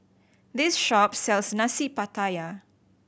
this shop sells Nasi Pattaya